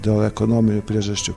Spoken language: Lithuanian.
dėl ekonominių priežasčių